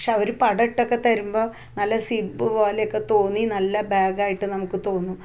പക്ഷേ അവർ പടമിട്ടക്കെ തരുമ്പോൾ നല്ല സിബ്ബ് പോലെക്കെ തോന്നി നല്ല ബാഗായിട്ട് നമുക്ക് തോന്നും